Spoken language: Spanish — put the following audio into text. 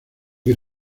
que